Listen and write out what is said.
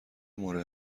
مورد